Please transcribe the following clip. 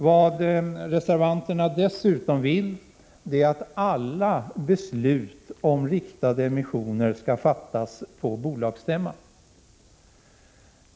Vad reservanterna dessutom vill är att alla beslut om riktade emissioner skall fattas på bolagsstämman.